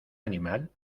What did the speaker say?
animal